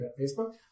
Facebook